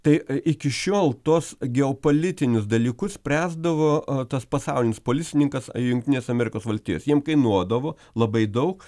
tai iki šiol tuos geopolitinius dalykus spręsdavo tas pasaulinis policininkas jungtinės amerikos valstijos jiem kainuodavo labai daug